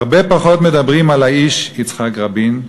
הרבה פחות מדברים על האיש יצחק רבין.